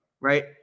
right